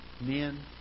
men